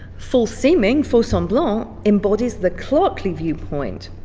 false-seeming, faus-samblant, embodies the clerkly viewpoint.